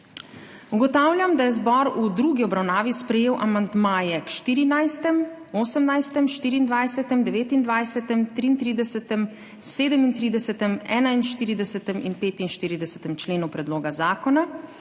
Ugotavljam, da je zbor v drugi obravnavi sprejel amandmaje k 14., 18., 24., 29., 33., 37., 41. in 45. členu predloga zakona.